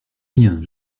rien